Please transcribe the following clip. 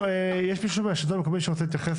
יש מישהו מן השלטון המקומי שרוצה להתייחס